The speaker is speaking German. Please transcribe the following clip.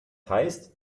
heißt